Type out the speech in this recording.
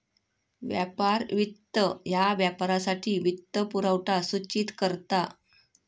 व्यापार वित्त ह्या व्यापारासाठी वित्तपुरवठा सूचित करता